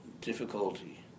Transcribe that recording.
difficulty